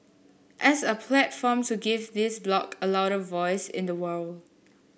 as a platform to give this bloc a louder voice in the world